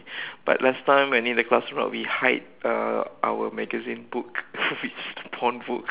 but last time when in the classroom we hide uh our magazine book which porn book